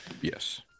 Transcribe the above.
yes